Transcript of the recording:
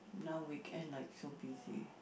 now weekend like so busy